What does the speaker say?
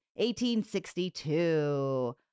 1862